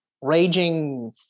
raging